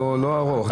לא ארוך,